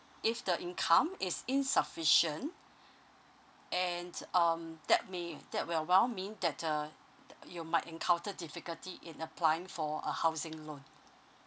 if the income is insufficient and um that may that will well mean that uh th~ you might encounter difficulty in applying for a housing loan